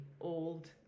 old